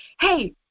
hey